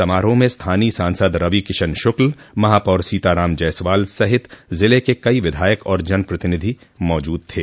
समारोह में स्थानीय सांसद रवि किशन शुक्ल महापौर सीताराम जायसवाल सहित ज़िले के कई विधायक और जनप्रतिनिधि मौजूद थे